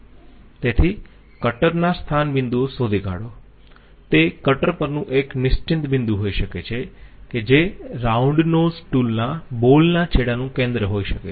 તેથી કટરના સ્થાન બિંદુઓ શોધી કાઢો તે કટર પરનું એક નિશ્ચિત બિંદુ હોઈ શકે છે કે જે રાઉન્ડ નોઝ ટૂલના બોલના છેડાનું કેન્દ્ર હોઈ શકે છે